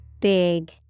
Big